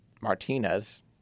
Martinez